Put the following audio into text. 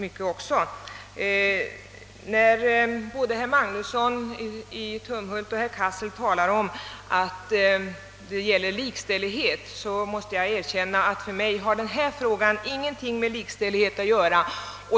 Både herr Magnusson i Tumhult och herr Cassel talar här om likställighet. Jag måste erkänna att för mig har frågan ingenting med likställighet att göra.